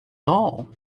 all